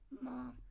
mom